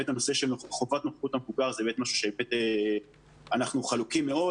הנושא של חובת נוכחות מבוגר זה משהו שאנחנו חלוקים מאוד,